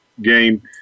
game